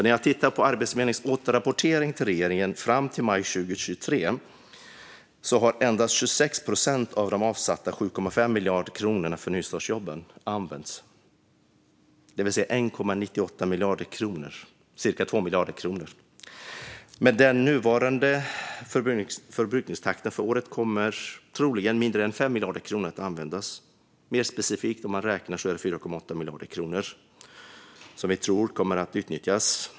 När jag tittar på Arbetsförmedlingens återrapportering till regeringen fram till maj 2023 ser jag att endast 26 procent av de avsatta 7,5 miljarder kronorna för nystartsjobb har använts, det vill säga 1,98 miljarder kronor. Med den nuvarande förbrukningstakten för året kommer troligen mindre än 5 miljarder kronor att användas. Närmare bestämt är det 4,8 miljarder kronor som vi tror kommer att utnyttjas.